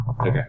Okay